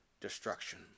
destruction